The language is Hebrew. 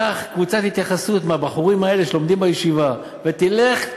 קח קבוצת התייחסות מהבחורים האלה שלומדים בישיבה ותלך,